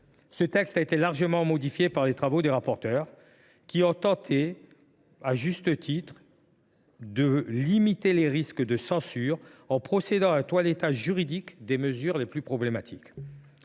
de loi a été largement modifiée par les travaux des rapporteurs, qui ont tenté, à juste titre, de limiter les risques de censure en procédant à un toilettage juridique des mesures les plus problématiques.